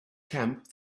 camp